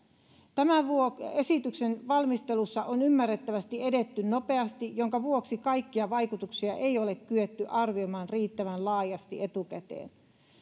tämän esityksen valmistelussa on ymmärrettävästi edetty nopeasti minkä vuoksi kaikkia vaikutuksia ei ole kyetty arvioimaan riittävän laajasti etukäteen